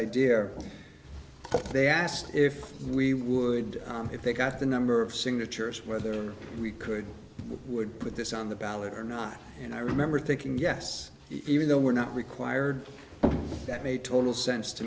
idea they asked if we would if they got the number of signatures whether we could would put this on the ballot or not and i remember thinking yes even though we're not required that made total sense to